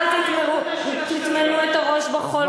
ונפצעו ונלחמו, ואת אומרת עליהם שהם שקרנים.